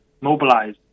mobilize